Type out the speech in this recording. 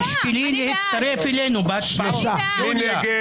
מי נגד?